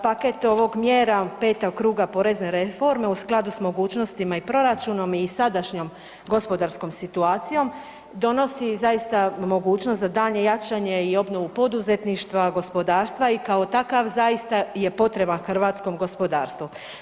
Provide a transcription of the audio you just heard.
Paket ovih mjera 5. kruga porezne reforme u skladu s mogućnostima i proračunom i sadašnjom gospodarskom situacijom donosi mogućnost za daljnje jačanje i obnovu poduzetništva, gospodarstva i kao takav zaista je potreban hrvatskom gospodarstvu.